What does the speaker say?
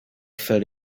felt